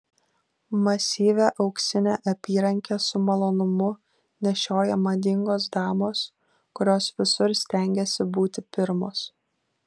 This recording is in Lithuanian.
masyvią auksinę apyrankę su malonumu nešioja madingos damos kurios visur stengiasi būti pirmos